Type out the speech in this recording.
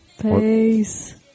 Peace